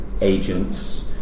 agents